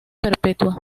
perpetua